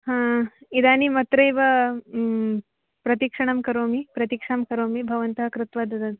हा इदानीमत्रैव प्रतीक्षणं करोमि प्रतीक्षां करोमि भवन्तः कृत्वा ददन्तु